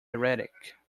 erratic